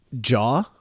jaw